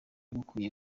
bukwiye